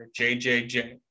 JJJ